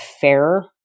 fair